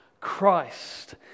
Christ